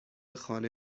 خانه